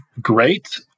great